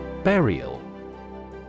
Burial